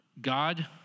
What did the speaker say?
God